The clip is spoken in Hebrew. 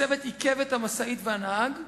הצוות עיכב את המשאית והנהג.